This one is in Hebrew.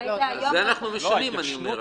את זה אנחנו משנים עכשיו.